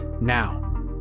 now